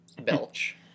belch